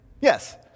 Yes